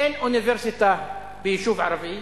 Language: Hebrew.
אין אוניברסיטה ביישוב ערבי,